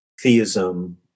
theism